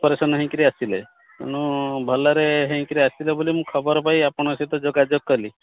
operation ହୋଇକରି ଆସିଲେ ତେଣୁ ଭଲରେ ହୋଇକରି ଆସିଲେ ବୋଲି ମୁଁ ଖବର ପାଇ ଆପଣଙ୍କ ସହିତ ଯୋଗାଯୋଗ କଲି